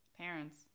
parents